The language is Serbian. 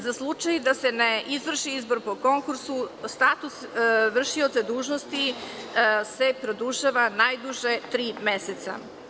Za slučaj da se ne izvrši izbor po konkursu status vršioca dužnosti se produžava najduže tri meseca.